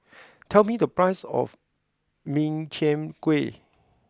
tell me the price of Min Chiang Kueh